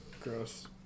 Gross